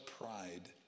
pride